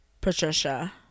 Patricia